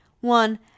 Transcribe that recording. one